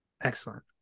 Excellent